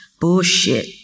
Bullshit